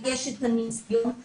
יש לה את הניסיון להוביל,